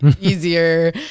easier